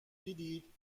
دیدید